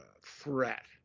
threat